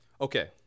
Okay